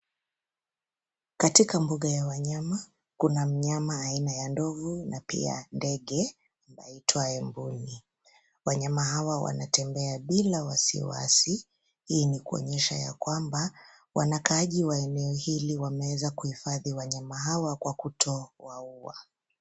Katika mbuga ya wanyama kuna mnyama aina ya ndovu na pia ndege aitwaye mbuni. Wanyama hawa wanatembea bila wasiwasi, hii ni kuonyesha ya kwamba wanakaaji wa eneo hili wameeza kuhifadhi wanyama hawa kwa kutowaua.